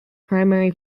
primary